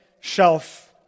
shelf